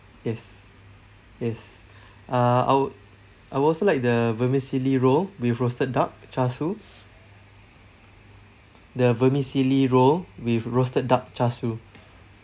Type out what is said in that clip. yes yes uh I'd I'd also like the vermicelli roll with roasted duck char siu the vermicelli roll with roasted duck char siu